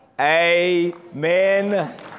Amen